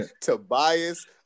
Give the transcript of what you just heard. Tobias